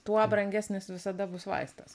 tuo brangesnis visada bus vaistas